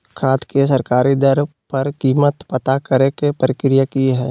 खाद के सरकारी दर पर कीमत पता करे के प्रक्रिया की हय?